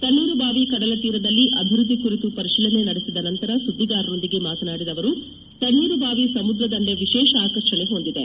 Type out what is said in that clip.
ತಣ್ಣೀರುಬಾವಿ ಕಡಲ ತೀರದಲ್ಲಿ ಅಭಿವೃದ್ದಿ ಕುರಿತು ಪರಿಶೀಲನೆ ನಡೆಸಿದ ನಂತರ ಸುದ್ದಿಗಾರರೊಂದಿಗೆ ಮಾತನಾದಿದ ಅವರು ತಣ್ಣೀರುಬಾವಿ ಸಮುದ್ರ ದಂಡೆ ವಿಶೇಷ ಆಕರ್ಷಣೆ ಹೊಂದಿದೆ